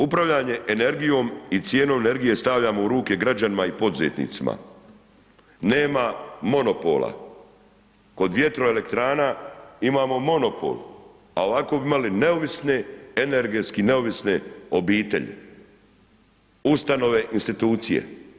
Upravljanje energijom i cijenu energije stavljamo u ruke građanima i poduzetnicima, nema monopola, kod vjetroelektrana imamo monopol, a ovako bi imali neovisne, energetski neovisne obitelji, ustanove i institucije.